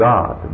God